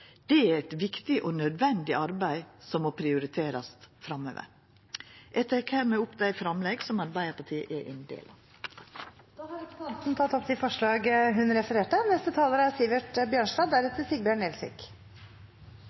Det er eit viktig og nødvendig arbeid som må prioriterast framover. Eg tek hermed opp framlegget som Arbeidarpartiet er ein del av. Representanten Ingrid Heggø har tatt opp